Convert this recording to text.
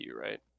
right